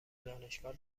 دانشگاه